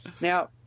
Now